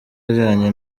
ajyanye